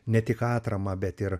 ne tik atramą bet ir